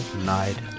night